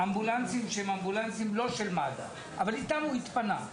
אמבולנסים לא של מד"א, אבל איתם הוא התפנה.